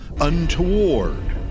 untoward